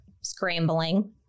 scrambling